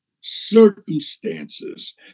circumstances